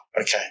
okay